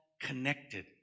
connected